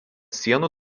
sienų